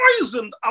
poisoned